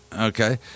okay